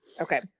Okay